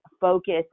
focus